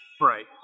Right